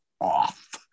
off